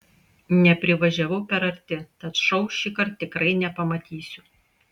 neprivažiavau per arti tad šou šįkart tikrai nepamatysiu